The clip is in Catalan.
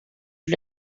una